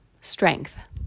strength